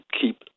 keep